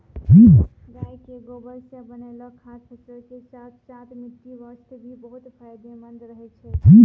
गाय के गोबर सॅ बनैलो खाद फसल के साथॅ साथॅ मिट्टी वास्तॅ भी बहुत फायदेमंद रहै छै